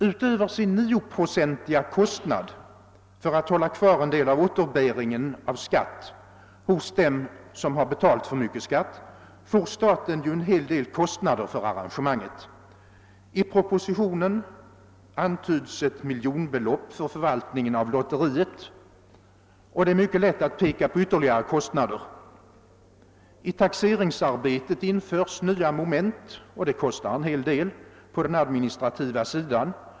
Utöver sin 9-procentiga kostnad för att hålla kvar en del av återbäringen av skatt hos dem som har erlagt för mycket skatt får staten sedan en hel del kostnader för arrangemanget. I pro: positionen antydes ett miljonbelopp för förvaltningen av lotteriet; Det är mycket lätt att peka på ytterligare kost: nader. I taxeringsarbetet införs nya moment; det kostar en hel del på den administrativa sidan.